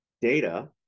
Data